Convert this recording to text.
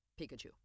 Pikachu